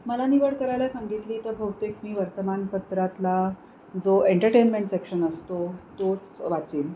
मला निवड करायला सांगितली तर बहुतेक मी वर्तमानपत्रातला जो एंटरटेनमेंट सेक्शन असतो तोच वाचेन